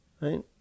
Right